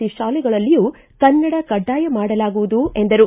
E ಶಾಲೆಗಳಲ್ಲಿಯೂ ಕನ್ನಡ ಕಡ್ಡಾಯ ಮಾಡಲಾಗುವುದು ಎಂದರು